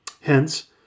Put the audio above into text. Hence